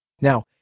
Now